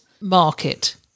market